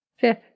Fifth